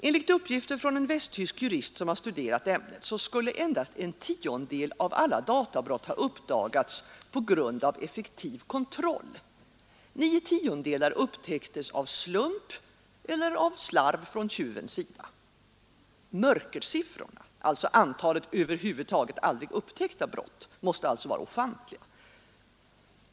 Enligt uppgifter från en västtysk jurist som har studerat ämnet skulle endast en tiondel av alla databrott ha uppdagats på grund av effektiv kontroll. Nio tiondelar upptäcktes av slump eller på grund av slarv från tjuvens sida. ”Mörkersiffrorna”, dvs. antalet över hvud taget aldrig upptäckta brott, måste alltså vara ofantliga.